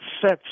sets